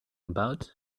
about